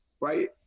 right